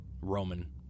Roman